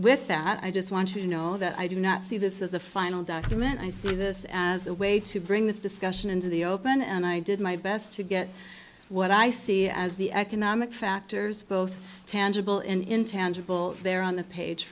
with that i just want to know that i do not see this as a final document i see this as a way to bring this discussion into the open and i did my best to get what i see as the economic factors both tangible and intangible there on the page